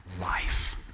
life